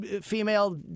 female